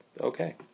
Okay